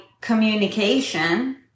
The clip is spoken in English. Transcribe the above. communication